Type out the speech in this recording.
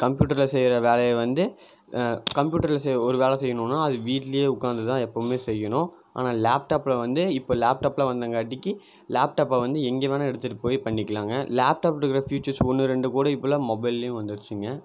கம்ப்யூட்டர்ல செய்கிற வேலையை வந்து கம்ப்யூட்டர்ல செய்ய ஒரு வேலை செய்யணும்னா அது வீட்டுலேயே உட்காந்துதான் எப்பவுமே செய்யணும் ஆனால் லேப்டாப்பில் வந்து இப்போ லேப்டாப்லாம் வந்தங்காட்டிக்கி லேப்டாப்பை வந்து எங்கே வேணுணா எடுத்துகிட்டுப்போயி பண்ணிக்கலாங்க லேப்டாப்ல இருக்கிற ஃப்யூச்சர்ஸ் ஒன்று ரெண்டு கூட இப்பெல்லாம் மொபைல்லேயும் வந்துருச்சுங்க